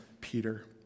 Peter